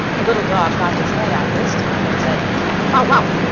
the little dog got his head out this time and said bow-wow!